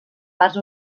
parts